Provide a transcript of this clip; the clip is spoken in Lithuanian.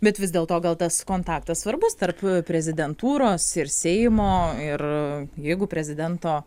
bet vis dėlto gal tas kontaktas svarbus tarp prezidentūros ir seimo ir jeigu prezidento